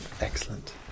Excellent